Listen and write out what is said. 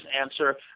answer